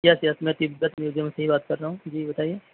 یس yes میں Tibet museum سے ہی بات کر رہا ہوں جی بتائیے